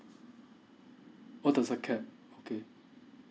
what does I get okay